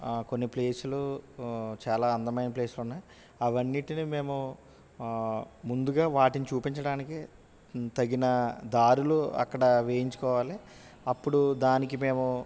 ఆ కొన్నిప్లేసులు చాలా అందమైన ప్లేస్లు ఉన్నాయి అవి అన్నిటిని మేము ముందుగా వాటిని చూపించడానికి తగిన దారులు అక్కడ వేయించుకోవాలి అప్పుడు దానికి మేము